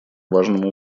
важному